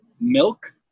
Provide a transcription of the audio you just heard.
milk